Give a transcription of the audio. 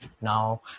Now